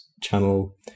channel